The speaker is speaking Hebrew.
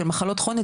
של מחלות כרוניות,